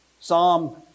Psalm